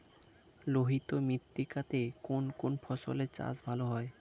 লোহিত মৃত্তিকা তে কোন কোন ফসলের চাষ ভালো হয়?